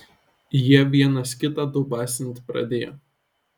jie vienas kitą dubasint pradėjo